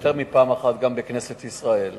יותר מפעם אחת גם בכנסת ישראל.